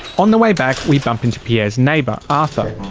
on the way back we bump into pierre's neighbour arthur.